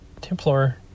Templar